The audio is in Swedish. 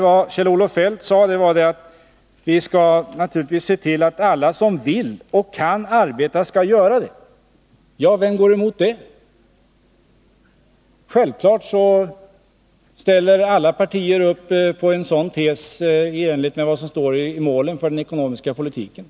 Vad Kjell-Olof Feldt sade var att vi naturligtvis skall se till att alla som vill och kan arbeta får göra det. Ja, vem går emot det förslaget? Som jag förut sade ställer självklart alla partier upp på en sådan tes i enlighet med vad som anges i målen för den ekonomiska politiken.